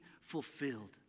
fulfilled